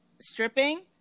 stripping